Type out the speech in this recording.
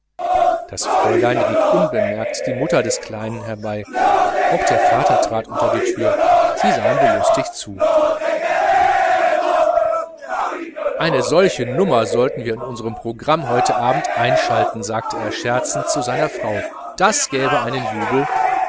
das fräulein rief unbemerkt die mutter des kleinen herbei auch der vater trat unter die türe sie sahen belustigt zu eine solche nummer sollten wir in unserem programm heute abend einschalten sagte er scherzend zu seiner frau das gäbe einen jubel